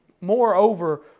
Moreover